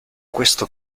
questo